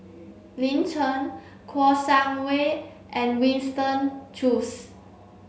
Lin Chen Kouo Shang Wei and Winston Choos